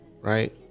right